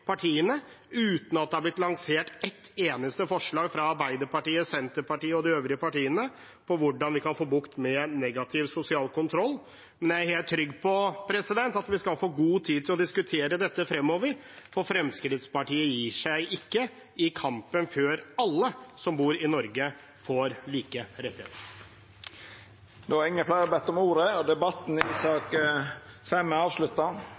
partiene uten at det har blitt lansert ett eneste forslag fra Arbeiderpartiet, Senterpartiet og de øvrige partiene om hvordan vi kan få bukt med negativ sosial kontroll. Men jeg er helt trygg på at vi skal få god tid til å diskutere dette fremover, for Fremskrittspartiet gir seg ikke i kampen før alle som bor i Norge, får like rettigheter. Fleire har ikkje bedt om ordet til sak nr. 5. Ingen har bedt om ordet.